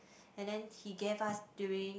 and then he gave us during